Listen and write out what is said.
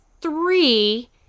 three